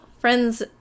friends